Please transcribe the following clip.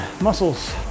muscles